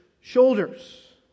shoulders